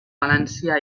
valencià